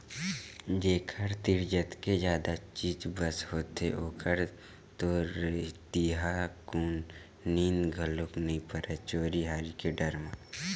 जेखर तीर जतके जादा चीज बस होथे ओखर तो रतिहाकुन नींद घलोक नइ परय चोरी हारी के डर म